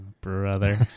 Brother